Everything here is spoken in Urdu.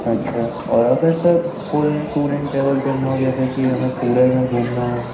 اچھا اور اگر sir full tour and travel کرنا ہو جیسے کہ ہمیں پورے میں گھومنا ہو